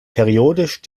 periodisch